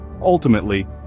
ultimately